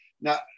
Now